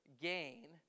gain